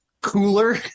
cooler